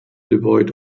devoid